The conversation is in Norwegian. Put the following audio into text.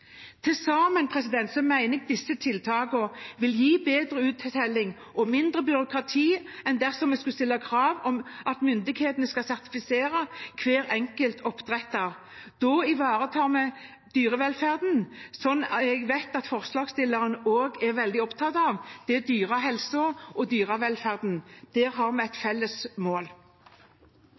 til bestemmelser om. Til sammen mener jeg disse tiltakene vil gi bedre uttelling og mindre byråkrati enn dersom vi skulle stille krav om at myndighetene skal sertifisere hver enkelt oppdretter. Da ivaretar vi dyrevelferden og dyrehelsen, som jeg vet at forslagsstillerne også er veldig opptatt av. Der har vi et felles mål.